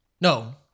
No